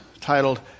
titled